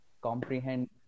comprehend